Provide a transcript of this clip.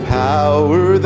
power